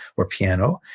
or piano,